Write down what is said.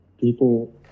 people